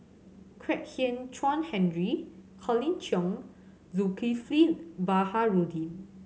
Kwek Hian Chuan Henry Colin Cheong Zulkifli Baharudin